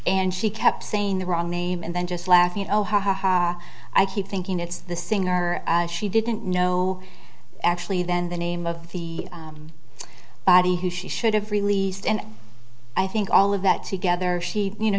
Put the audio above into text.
and she kept saying the wrong name and then just laugh you know ha ha ha i keep thinking it's the singer she didn't know actually then the name of the body who she should have released and i think all of that together she you know